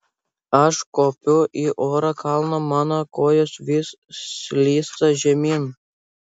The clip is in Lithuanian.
aš kopiu į oro kalną mano kojos vis slysta žemyn